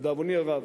לדאבוני הרב,